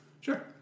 sure